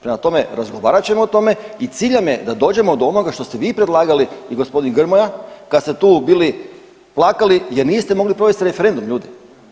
Prema tome, razgovarat ćemo o tome i cilj nam je da dođemo do onoga što ste vi predlagali i g. Grmoja kad ste tu bili plakali jer niste mogli provesti referendum, ljudi.